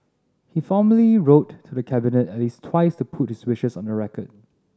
he formally wrote to the Cabinet at least twice to put his wishes on the record